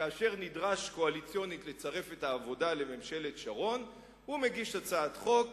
כאשר נדרש קואליציונית לצרף את העבודה לממשלת שרון הוא מגיש הצעת חוק